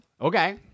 Okay